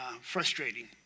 frustrating